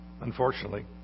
Unfortunately